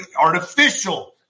artificial